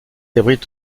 abrite